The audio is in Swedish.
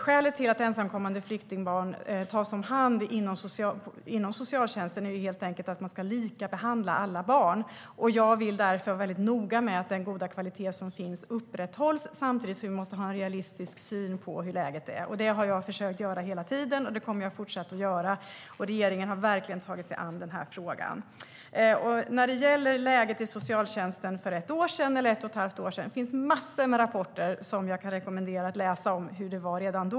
Skälet till att ensamkommande flyktingbarn tas om hand inom socialtjänsten är helt enkelt att man ska likabehandla alla barn, och jag vill därför vara noga med att den goda kvalitet som finns upprätthålls - samtidigt som vi måste ha en realistisk syn på hur läget är. Det har jag försökt åstadkomma hela tiden, och det kommer jag att fortsätta göra. Regeringen har verkligen tagit sig an frågan. När det gäller läget i socialtjänsten för ett eller ett och ett halvt år sedan finns det massor av rapporter om hur det var redan då som jag kan rekommendera att man läser.